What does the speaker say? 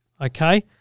okay